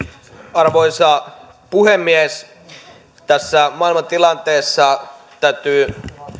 arvoisa puhemies tässä maailmantilanteessa täytyy